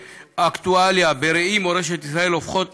האקטואליה בראי מורשת ישראל הופכות